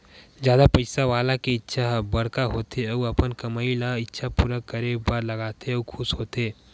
जादा पइसा वाला के इच्छा ह बड़का होथे अउ अपन कमई ल इच्छा पूरा करे बर लगाथे अउ खुस होथे